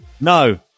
no